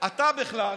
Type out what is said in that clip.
לך תעשה סדר.